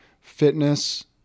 Fitness